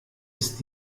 ist